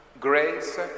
grace